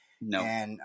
No